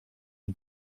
nur